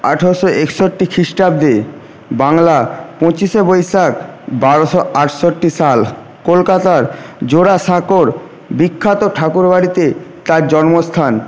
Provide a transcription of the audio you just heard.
আঠেরোশো একষট্টি খ্রীষ্টাব্দে বাংলা পঁচিশে বৈশাখ বারোশো আটষট্টি সাল কলকাতার জোড়াসাঁকোর বিখ্যাত ঠাকুর বাড়িতে তাঁর জন্মস্থান